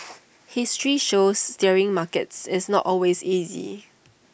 history shows steering markets is not always easy